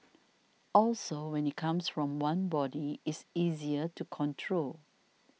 also when it comes from one body it's easier to control